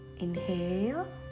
Inhale